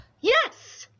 Yes